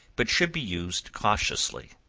but should be used cautiously.